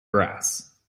grass